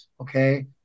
okay